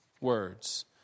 words